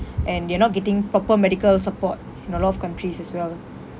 and they're not getting proper medical support in a lot of countries as well